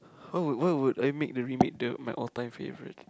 why would why would I make the remade the my all time favourite